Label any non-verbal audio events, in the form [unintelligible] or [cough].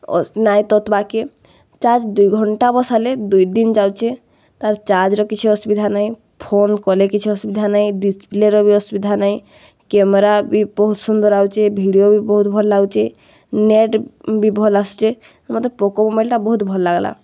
[unintelligible] ନାଇଁ ତତ୍ବାକେ ଚାର୍ଜ୍ ଦୁଇ ଘଣ୍ଟା ବସାଲେ ଦୁଇ ଦିନ୍ ଯାଉଚେ ତାର୍ ଚାର୍ଜ୍ର କିଛି ଅସୁବିଧା ନାଇଁ ଫୋନ୍ କଲେ କିଛି ଅସୁବିଧା ନାଇଁ ଡିସ୍ପ୍ଲେର ବି ଅସୁବିଧା ନାଇଁ କ୍ୟାମେରା ବି ବହୁତ୍ ସୁନ୍ଦର୍ ଆଉଚେ ଭିଡ଼ିଓ ବି ବହୁତ୍ ଭଲ୍ ଆଉଚେ ନେଟ୍ ବି ଭଲ୍ ଆସୁଚେ ମତେ ପୋକୋ ମୋବାଇଲ୍ଟା ବହୁତ୍ ଭଲ୍ ଲାଗ୍ଲା